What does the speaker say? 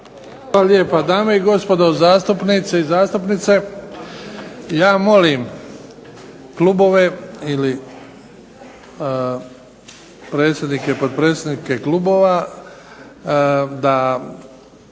lijepa. Dame i gospodo, zastupnice i zastupnici, ja molim klubove ili predsjednike i potpredsjednike Klubova da